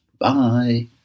Bye